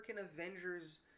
Avengers